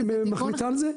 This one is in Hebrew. רשות המים מחליטה על זה?